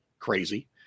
crazy